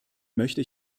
möchte